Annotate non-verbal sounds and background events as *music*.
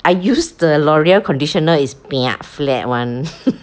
I use the L'oreal conditioner is *noise* flat [one]